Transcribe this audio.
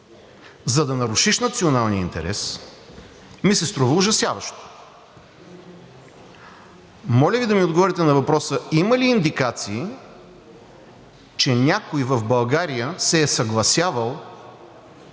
за да нарушиш националния интерес, ми се струва ужасяващо. Моля Ви да ми отговорите на въпроса има ли индикации, че някой в България се е съгласявал